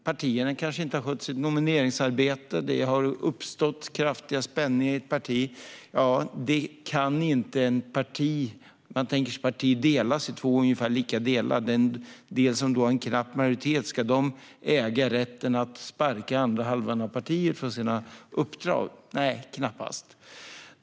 Partierna har kanske inte skött sitt nomineringsarbete, eller också har det uppstått kraftiga spänningar i ett parti, och man kan tänka sig att ett parti delas i två ungefär lika stora delar. Ska då den del som har en knapp majoritet äga rätten att sparka andra halvan av partiet från sina uppdrag? Nej, knappast.